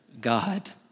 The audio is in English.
God